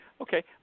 okay